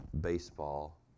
baseball